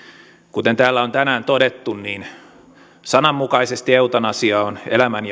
kuten täällä on tänään todettu sananmukaisesti eutanasia on elämän